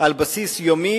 על בסיס יומי,